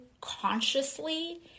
consciously